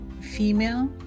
female